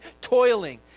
toiling